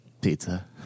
Pizza